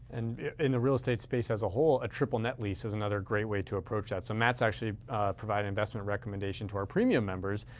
and in the real estate space as a whole, a triple net lease is another great way to approach that. so matt's actually provided investment recommendations to our premium members.